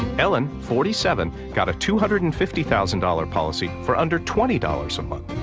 ellen, forty seven, got a two hundred and fifty thousand dollars policy for under twenty dollars a month.